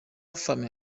farming